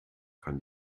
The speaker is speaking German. kann